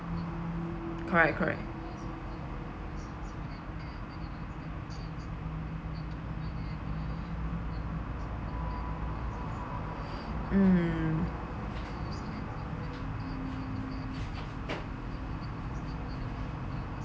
correct correct mm